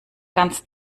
ganz